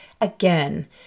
again